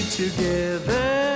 together